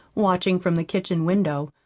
watching from the kitchen window.